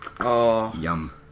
Yum